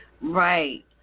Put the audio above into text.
Right